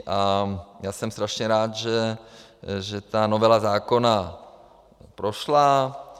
A já jsem strašně rád, že ta novela zákona prošla.